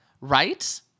Right